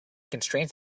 constraints